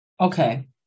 Okay